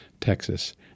Texas